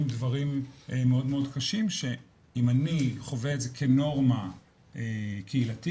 דברים מאוד קשים שאם אני חווה את זה כנורמה קהילתית,